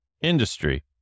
industry